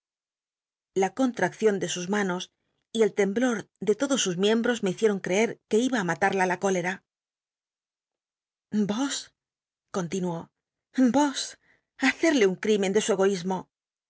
la conllaccion de sus manos y el temblo de todos sus miembros me hicieron creer que iba ti matarla la cólea vos continuó y o s hacerle un crimen de su egoísmo